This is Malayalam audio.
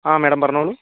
ആ മാഡം പറഞ്ഞോളൂ